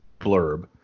blurb